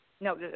No